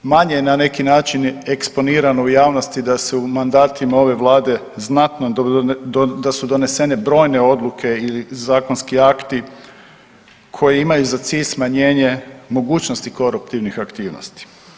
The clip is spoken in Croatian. Manje je na neki način eksponirano u javnosti da se u mandatima ove Vlade znatno, da su donesene brojne odluke i zakonski akti koji imaju za cilj smanjenje mogućnosti koruptivnih aktivnosti.